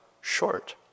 short